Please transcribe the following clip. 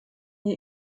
die